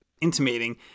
intimating